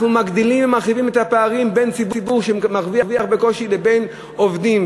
אנחנו מגדילים ומרחיבים את הפערים בין ציבור שמרוויח בקושי לבין עובדים,